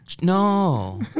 no